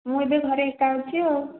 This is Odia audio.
ମୁଁ ଏବେ ଘରେ ଏକା ଅଛି ଆଉ